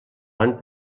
van